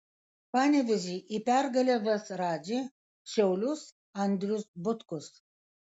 panevėžį į pergalę ves radži šiaulius andrius butkus